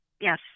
Yes